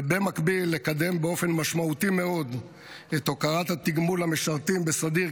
ובמקביל לקדם באופן משמעותי מאוד את הוקרת ותגמול המשרתים בסדיר,